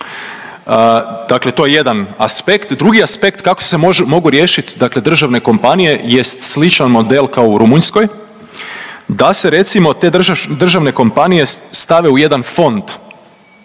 Dakle, to je jedan aspekt. Drugi aspekt kako se mogu riješiti, dakle državne kompanije jest sličan model kao u Rumunjskoj, da se recimo te državne kompanije stave u jedan fond